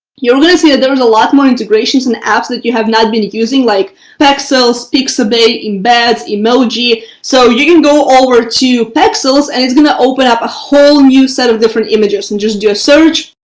you're gonna see there's a lot more integrations and apps that you have not been using like pexels, pixabay, embed, emoji. so you can go over to pexels, and it's going to open up a whole new set of different images and just do a search.